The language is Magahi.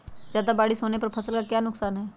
ज्यादा बारिस होने पर फसल का क्या नुकसान है?